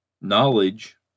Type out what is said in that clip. knowledge